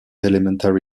elementary